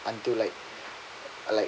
until like uh like